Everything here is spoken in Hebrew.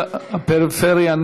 הפריפריה,